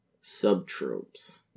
Sub-Tropes